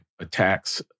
attacks